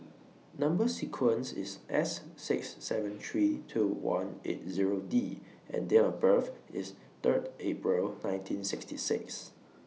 Number sequence IS S six seven three two one eight Zero D and Date of birth IS Third April nineteen sixty six